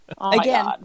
Again